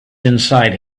inside